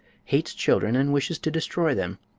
hates children and wishes to destroy them.